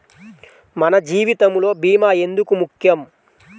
మన జీవితములో భీమా ఎందుకు ముఖ్యం?